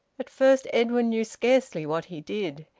at first edwin knew scarcely what he did.